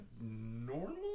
normal